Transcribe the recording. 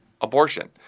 Abortion